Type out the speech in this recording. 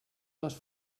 les